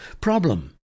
problem